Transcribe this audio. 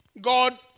God